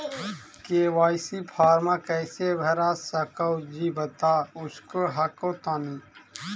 KYC फॉर्मा कैसे भरा हको जी बता उसको हको तानी?